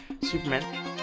Superman